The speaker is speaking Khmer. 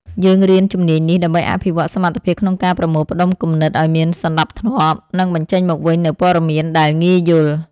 យើងរៀនជំនាញនេះដើម្បីអភិវឌ្ឍសមត្ថភាពក្នុងការប្រមូលផ្ដុំគំនិតឱ្យមានសណ្ដាប់ធ្នាប់ និងបញ្ចេញមកវិញនូវព័ត៌មានដែលងាយយល់។